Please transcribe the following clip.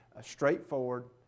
straightforward